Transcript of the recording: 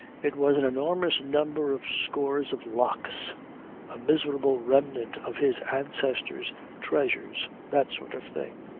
it was an enormous number of scores of lakhs a miserable remnant of his ancestors' treasures that sort of thing.